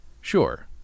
sure